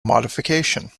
modification